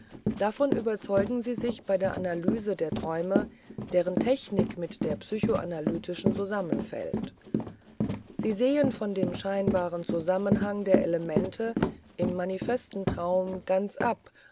davon überzeugen sie sich bei der analyse der träume deren technik mit der psychoanalytischen zusammenfällt sie sehen von dem scheinbaren zusammenhang der elemente im manifesten traum ganz ab